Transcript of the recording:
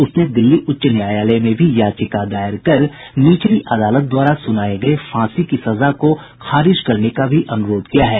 उसने दिल्ली उच्च न्यायालय में भी याचिका दायर कर निचली अदालत द्वारा सुनाये गये फांसी की सजा को खारिज करने का भी अनुरोध किया है